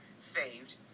saved